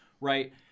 right